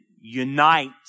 unite